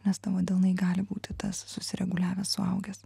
nes tavo delnai gali būti tas susireguliavęs suaugęs